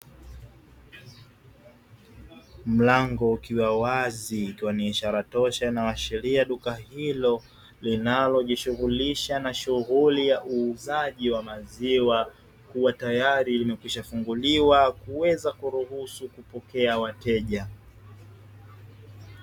Mlango ukiwa wazi ikiwa ni ishara toka na wa sheria duka hilo, linalojishughulisha na shughuli ya uuzaji wa maziwa kiwa tayari limekwisha funguliwa tayari kuweza kupokea wateja.